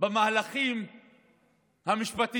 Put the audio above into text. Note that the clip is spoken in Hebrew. כאן במהלכים המשפטיים